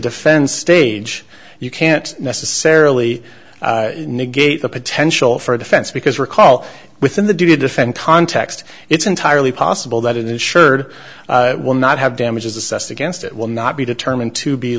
defend stage you can't necessarily negate the potential for a defense because recall within the do to defend context it's entirely possible that insured will not have damages assessed against it will not be determined to be